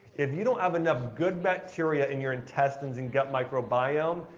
if you don't have enough good bacteria in your intestines and gut microbiome,